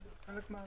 זה חלק מהכול.